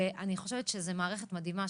אני חושבת שזו מערכת מדהימה,